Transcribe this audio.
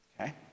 okay